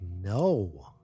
no